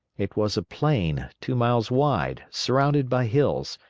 it was a plain, two miles wide, surrounded by hills,